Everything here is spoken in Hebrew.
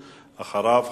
אחריו,